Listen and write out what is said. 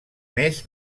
més